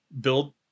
build